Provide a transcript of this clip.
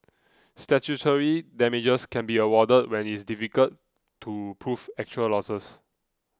statutory damages can be awarded when it is difficult to prove actual losses